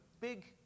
big